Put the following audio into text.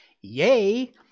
Yay